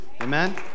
Amen